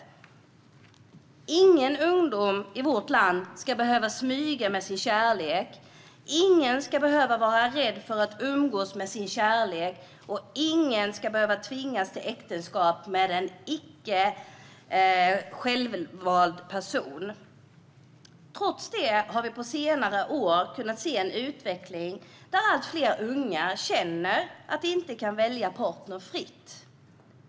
Ingen ungdom i vårt land ska behöva smyga med sin kärlek. Ingen ska behöva vara rädd för att umgås med sin kärlek, och ingen ska behöva tvingas till äktenskap med en icke självvald person. Trots det har vi på senare år kunnat se en utveckling där allt fler unga känner att de inte kan välja partner fritt.